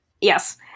Yes